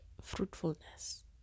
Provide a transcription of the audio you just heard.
fruitfulness